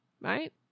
right